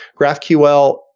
GraphQL